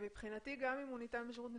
מבחינתי גם אם הוא ניתן כשירות מספק,